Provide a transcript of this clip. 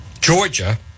Georgia